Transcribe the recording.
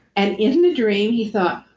and in the dream he thought,